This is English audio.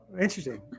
interesting